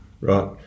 right